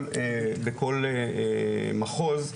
לכל מחוז,